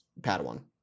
Padawan